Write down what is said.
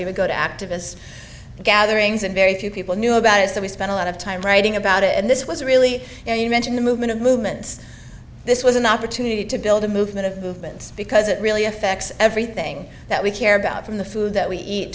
we would go to activists gathering and very few people knew about it so we spent a lot of time writing about it and this was really you know you mentioned the movement of movements this was an opportunity to build a movement of movements because it really affects everything that we care about from the food that we eat